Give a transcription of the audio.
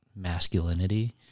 masculinity